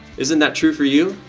isn't that true for you?